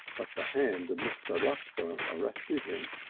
but the hand of mr. rusper arrested him.